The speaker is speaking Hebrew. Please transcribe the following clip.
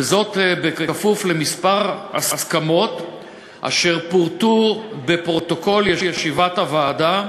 וזאת בכפוף לכמה הסכמות אשר פורטו בפרוטוקול ישיבת הוועדה,